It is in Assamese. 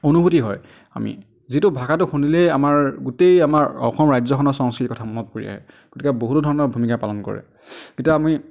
অনুভূতি হয় আমি যিটো ভাষাটো শুনিলেই আমাৰ গোটেই আমাৰ অসম ৰাজ্যখনৰ সংস্কৃতিটোৰ কথা মনত পৰি আহে গতিকে বহুতো ধৰণৰ ভূমিকা পালন কৰে এতিয়া আমি